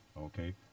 Okay